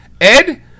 Ed